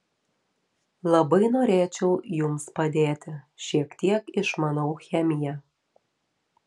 labai norėčiau jums padėti šiek tiek išmanau chemiją